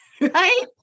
Right